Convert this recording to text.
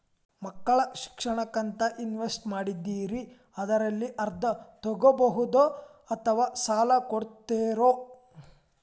ಮಕ್ಕಳ ಶಿಕ್ಷಣಕ್ಕಂತ ಇನ್ವೆಸ್ಟ್ ಮಾಡಿದ್ದಿರಿ ಅದರಲ್ಲಿ ಅರ್ಧ ತೊಗೋಬಹುದೊ ಅಥವಾ ಸಾಲ ಕೊಡ್ತೇರೊ?